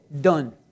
done